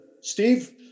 Steve